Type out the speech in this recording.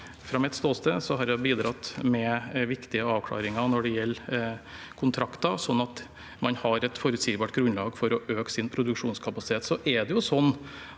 fra mitt ståsted har jeg bidratt med viktige avklaringer når det gjelder kontrakter, slik at man har et forutsigbart grunnlag for å øke sin produksjonskapasitet.